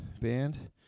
band